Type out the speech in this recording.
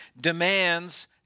demands